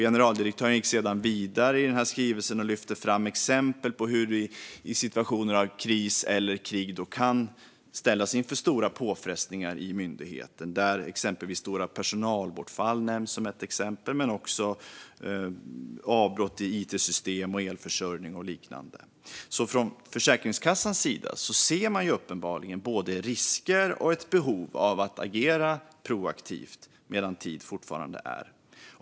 Generaldirektören gick sedan vidare och lyfte exempel på hur myndigheten i situationer av kris eller krig kan ställas inför stora påfrestningar, exempelvis stort personalbortfall och avbrott i it-system, elförsörjning och liknande. Försäkringskassan ser alltså uppenbarligen både risker och ett behov av att agera proaktivt medan tid fortfarande är.